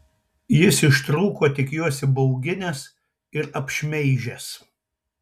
jis ištrūko tik juos įbauginęs ir apšmeižęs